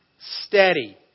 Steady